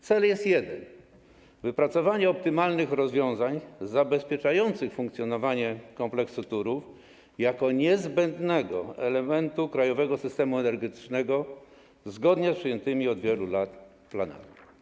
Cel jest jeden - wypracowanie optymalnych rozwiązań zabezpieczających funkcjonowanie kompleksu Turów jako niezbędnego elementu krajowego systemu energetycznego zgodnie z przyjętymi wiele lat temu planami.